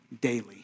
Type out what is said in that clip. daily